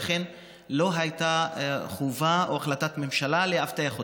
לא הייתה חובה או החלטת ממשלה לאבטח אותם.